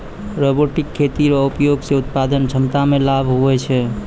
robotic खेती रो उपयोग से उत्पादन क्षमता मे लाभ हुवै छै